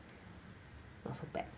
not so bad